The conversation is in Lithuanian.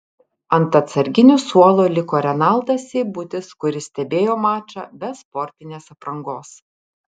ant atsarginių suolo liko renaldas seibutis kuris stebėjo mačą be sportinės aprangos